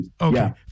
Okay